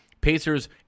Pacers